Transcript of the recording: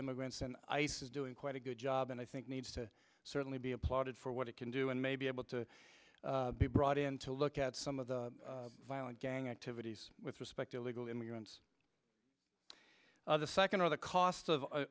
immigrants and ice is doing quite a good job and i think needs to certainly be applauded for what it can do and may be able to be brought in to look at some of the violent gang activities with respect to illegal immigrants the second of the cost